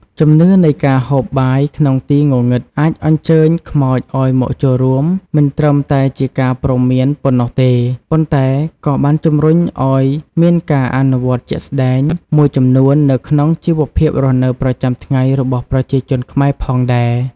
ជំនឿនៃការហូបបាយក្នុងទីងងឹតអាចអញ្ជើញខ្មោចឲ្យមកចូលរួម មិនត្រឹមតែជាការព្រមានប៉ុណ្ណោះទេ ប៉ុន្តែក៏បានជំរុញឲ្យមានការអនុវត្តជាក់ស្តែងមួយចំនួននៅក្នុងជីវភាពរស់នៅប្រចាំថ្ងៃរបស់ប្រជាជនខ្មែរផងដែរ ។